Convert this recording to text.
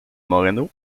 moreno